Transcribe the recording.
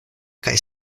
kaj